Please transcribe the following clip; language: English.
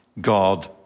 God